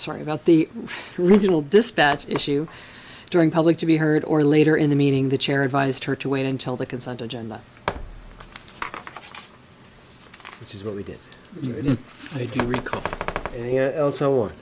sorry about the regional dispatch issue during public to be heard or later in the meeting the chair advised her to wait until the consent agenda which is what we did you and i do recall